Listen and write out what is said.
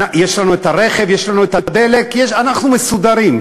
יש לנו את הרכב, יש לנו את הדלק, אנחנו מסודרים.